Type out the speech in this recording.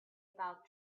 about